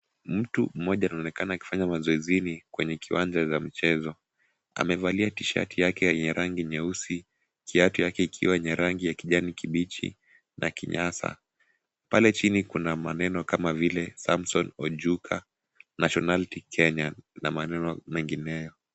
Mtu moja anaonekana akifanya mazoezini kwenye kiwanja za mchezo. Kamevalia tishati yake yenye rangi ya nyeusi, kiatu yake ikiwa yenye rangi ya kijani kibichi na kinyasa, pale chini kuna maneno kama vile Samson Ojuka nationality kenyan na maneno mengineyo.